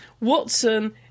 Watson